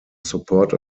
support